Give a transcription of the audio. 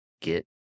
get